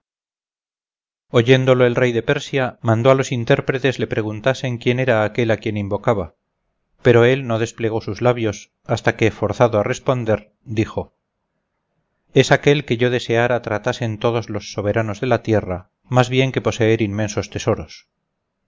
oyéndolo el rey de persia mandó a los intérpretes le preguntasen quién era aquel a quien invocaba pero él no desplegó sus labios hasta que forzado a responder dijo es aquel que yo deseara tratasen todos los soberanos de la tierra más bien que poseer inmensos tesoros y